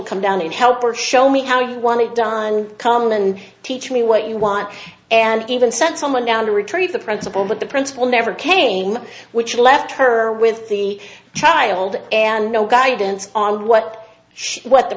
to come down and help or show me how you want it done come and teach me what you want and even sent someone down to retrieve the principal but the principal never came which left her with the child and no guidance on what she what the